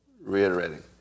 reiterating